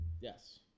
Yes